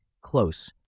close